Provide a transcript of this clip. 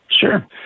Sure